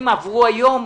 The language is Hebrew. עברו היום?